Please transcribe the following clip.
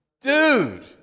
Dude